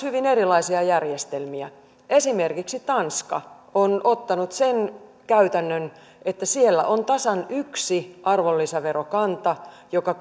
hyvin erilaisia järjestelmiä esimerkiksi tanska on ottanut sen käytännön että siellä on tasan yksi arvonlisäverokanta joka